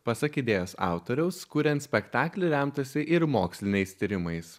pasak idėjos autoriaus kuriant spektaklį remtasi ir moksliniais tyrimais